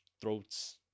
throats